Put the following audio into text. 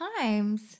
times